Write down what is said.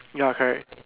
ya correct